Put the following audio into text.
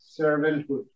servanthood